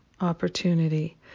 opportunity